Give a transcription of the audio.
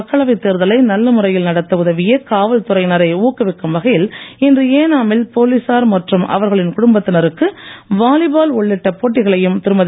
மக்களவை தேர்தலை நல்ல முறையில் நடத்த உதவிய காவல் துறையினரை ஊக்குவிக்கும் வகையில் இன்று ஏனாமில் போலீசார் மற்றும் அவர்களின் குடும்பத்தினருக்கு வாலிபால் உள்ளிட்ட போட்டிகளையும் திருமதி